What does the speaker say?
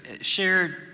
shared